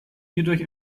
hierdurch